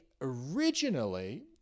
originally